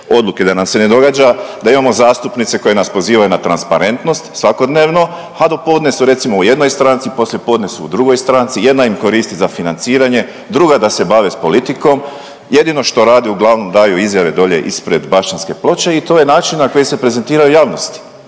odluke, da nam se ne događa da imamo zastupnice koje nas pozivaju na transparentnost svakodnevno, a do podne su recimo u jednoj stranci, poslijepodne su u drugoj stranci, jedna im koristi za financiranje, druga da se bave s politikom, jedino što rade uglavnom daju izjave dolje ispred Bašćanske ploče i to je način na koji se prezentiraju javnosti.